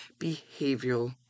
behavioral